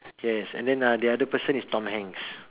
yes and then uh the other person is tom-hanks